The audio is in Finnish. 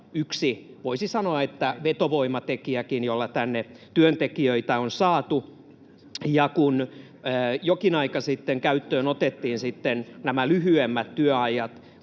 voisi sanoa, vetovoimatekijäkin, jolla sinne on työntekijöitä saatu. Kun jokin aika sitten otettiin käyttöön sitten nämä lyhyemmät työajat,